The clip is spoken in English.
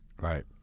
Right